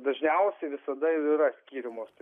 dažniausiai visada ir yra skiriamos tai